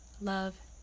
Love